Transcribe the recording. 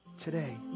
today